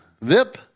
VIP